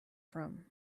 from